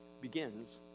begins